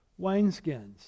wineskins